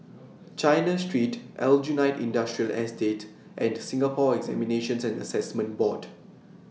China Street Aljunied Industrial Estate and Singapore Examinations and Assessment Board